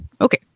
Okay